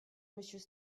monsieur